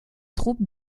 troupes